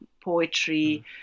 poetry